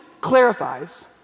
clarifies